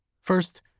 First